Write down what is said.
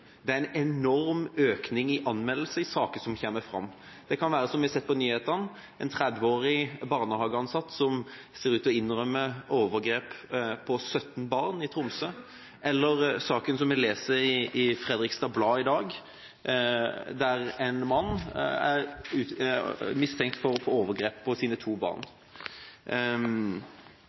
Det er en enorm økning i anmeldelser og i saker som kommer fram. Det kan være, som vi har sett på nyhetene, en 30-årig barnehageansatt som ser ut til å innrømme overgrep mot 17 barn i Tromsø, eller saken som vi leser om i Fredriksstad Blad i dag, der en mann er mistenkt for overgrep mot sine to